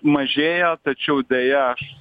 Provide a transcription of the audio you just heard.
mažėja tačiau deja aš